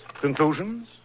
Conclusions